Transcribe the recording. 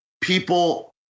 people